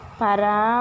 para